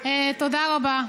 תודה רבה.